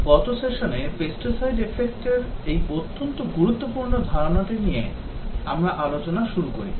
গত সেশনে Pesticide Effect র এই অত্যন্ত গুরুত্বপূর্ণ ধারণাটি নিয়ে আমরা আলোচনা শুরু করি